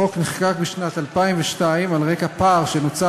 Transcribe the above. התשע"ו 2016. החוק נחקק בשנת 2002 על רקע פער שנוצר